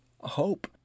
hope